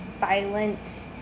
violent